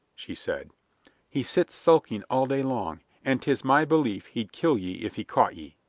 she said he sits sulking all day long, and tis my belief he'd kill ye if he caught ye.